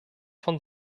von